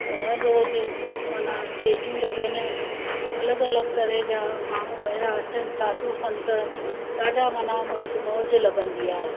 हर रोज़ु माना छेॼियूं लॻनि अलॻि अलॻि तरह जा माण्हू ॿाहिरां अचनि साधू संत ॾाढा माना मज मौज लॻंदी आहे